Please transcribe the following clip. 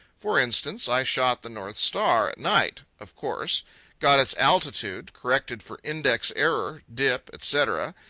for instance, i shot the north star, at night, of course got its altitude, corrected for index error, dip, etc,